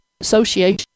association